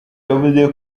yavuze